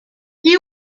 qui